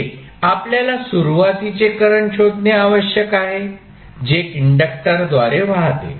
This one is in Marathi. पहिले आपल्याला सुरुवातीचे करंट शोधणे आवश्यक आहे जे इंडक्टरद्वारे वाहते